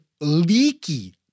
leaky